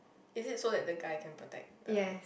is it so that the guy can protect the